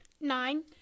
nine